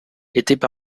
étaient